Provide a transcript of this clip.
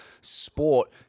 sport